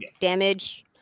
damage